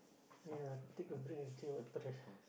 ya take a break and see what